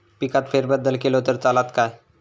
पिकात फेरबदल केलो तर चालत काय?